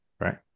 right